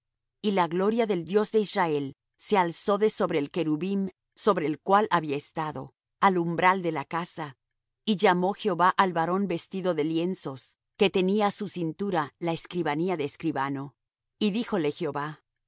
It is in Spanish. y la gloria del dios de israel se alzó de sobre el querubín sobre el cual había estado al umbral de la casa y llamó jehová al varón vestido de lienzos que tenía á su cintura la escribanía de escribano y díjole jehová